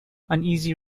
uneasy